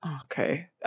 okay